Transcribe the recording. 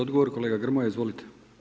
Odgovor kolega Grmoja, izvolite.